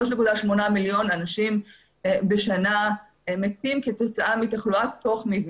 3.8 מיליון אנשים בשנה מתים כתוצאה מתחלואה תוך מבנית.